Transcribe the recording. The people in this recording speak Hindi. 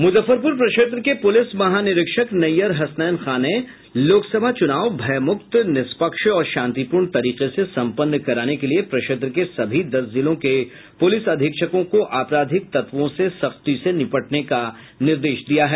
मुजफ्फरपुर प्रक्षेत्र के पूलिस महानिरीक्षक नैयर हसनैन खां ने लोकसभा चूनाव भयमुक्त निष्पक्ष और शांतिपूर्ण तरीके से संपन्न कराने के लिए प्रक्षेत्र के सभी दस जिलों के पुलिस अधीक्षकों को आपराधिक तत्वों से सख्ती से निपटने का निर्देश दिया है